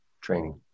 training